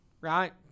right